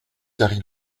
carry